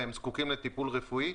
והם זקוקים לטיפול רפואי.